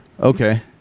Okay